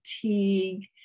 fatigue